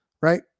right